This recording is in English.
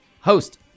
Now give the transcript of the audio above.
Host